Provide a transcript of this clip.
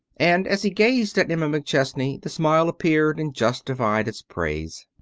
and, as he gazed at emma mcchesney, the smile appeared and justified its praise.